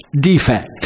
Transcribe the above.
defect